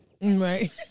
Right